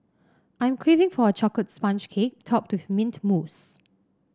I'm craving for a chocolate sponge cake topped with mint mousse